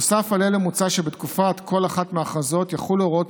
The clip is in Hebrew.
נוסף על אלה מוצע שבתקופת כל אחת מההכרזות יחולו הוראות